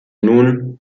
nun